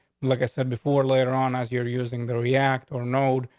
like i said before, later on, as you're using the react or node,